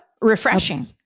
Refreshing